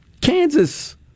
Kansas